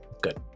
good